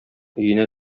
өенә